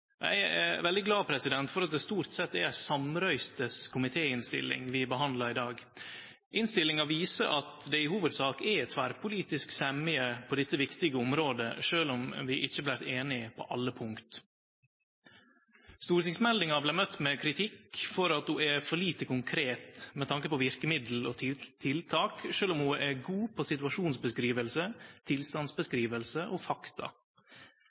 Eg er veldig glad for at det stort sett er ei samrøystes komitéinnstilling vi behandlar i dag. Innstillinga viser at det i hovudsak er tverrpolitisk semje på dette viktige området, sjølv om vi ikkje vart einige på alle punkt. Stortingsmeldinga vart møtt med kritikk for at ho er for lite konkret med tanke på verkemiddel og tiltak, sjølv om ho er god på situasjonsskildring, tilstandsskildring og fakta.